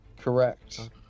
Correct